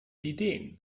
ideen